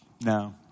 No